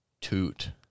toot